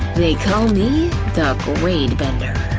they call me, the grade bender.